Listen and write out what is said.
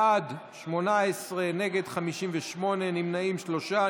בעד, 18, נגד, 58, נמנעים, שלושה.